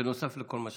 נוסף לכל מה שחרגנו.